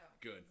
Good